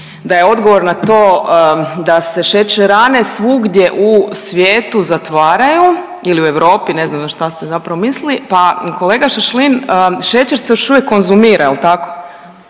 da je odgovor na to da se šećerane svugdje u svijetu zatvaraju ili u Europi ne znam na šta ste zapravo mislili, pa kolega Šašlin šećer se još uvijek konzumira jel tako?